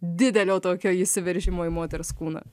didelio tokio įsiveržimo į moters kūną